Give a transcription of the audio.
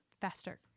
faster